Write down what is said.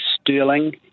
sterling